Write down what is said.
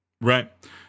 Right